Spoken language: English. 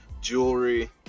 Jewelry